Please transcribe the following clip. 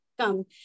come